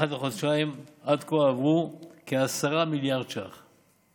אחת לחודשיים, עד כה הועברו כ-10 מיליארד ש"ח.